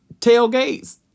tailgates